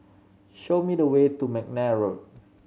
show me the way to McNair Road